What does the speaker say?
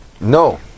No